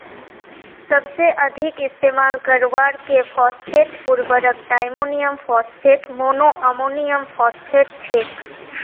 सबसे अधिक इस्तेमाल करवार के फॉस्फेट उर्वरक डायमोनियम फॉस्फेट, मोनोअमोनियमफॉस्फेट छेक